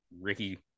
Ricky